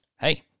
hey